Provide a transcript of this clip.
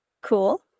Cool